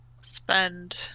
spend